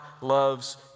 loves